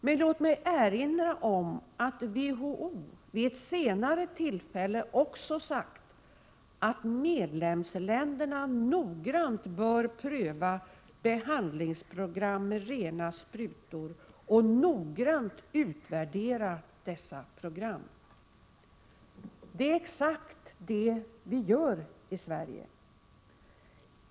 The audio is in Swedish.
Men låt mig erinra om att WHO vid ett senare tillfälle också sagt att medlemsländerna noggrant bör pröva behandlingsprogram med rena sprutor och noggrant utvärdera dessa program. Det är exakt detta vi gör i Sverige.